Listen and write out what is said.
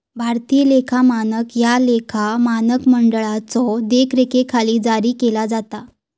भारतीय लेखा मानक ह्या लेखा मानक मंडळाच्यो देखरेखीखाली जारी केला जाता